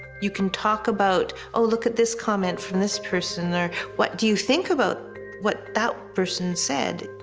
you can talk about, oh, look at this comment from this person, or, what do you think about what that person said?